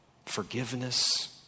forgiveness